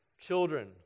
children